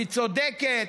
היא צודקת,